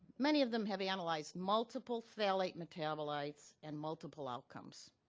many of them have analyzed multiple phthalate metabolites and multiple outcomes.